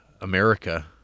America